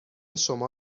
شما